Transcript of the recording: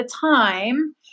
time